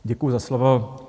Děkuji za slovo.